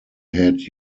had